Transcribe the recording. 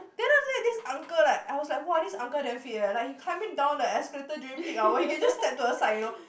then after that this uncle like I was like wah this uncle damn fit eh like he can climb it down the escalator during peak hour he can just step to aside you know